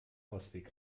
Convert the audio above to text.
ausweg